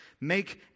Make